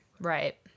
Right